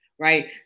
right